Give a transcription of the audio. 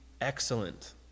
excellent